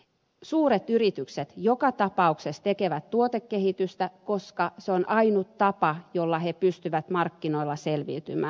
suuret yritykset joka tapauksessa tekevät tuotekehitystä koska se on ainut tapa jolla ne pystyvät markkinoilla selviytymään